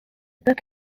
book